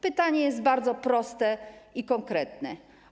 Pytanie jest bardzo proste i konkretne.